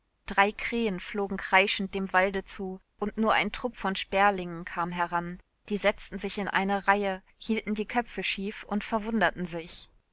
drei krähen flogen kreischend dem walde zu und nur ein trupp von sperlingen kam heran die setzten sich in eine reihe hielten die köpfe schief und verwunderten sich